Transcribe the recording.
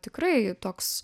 tikrai toks